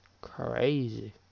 Crazy